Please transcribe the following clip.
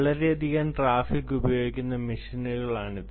വളരെയധികം ട്രാഫിക് ഉപയോഗിക്കുന്ന മെഷീനുകളാണ് ഇത്